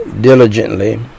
diligently